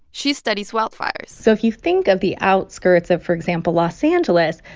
she studies wildfires so if you think of the outskirts of, for example, los angeles,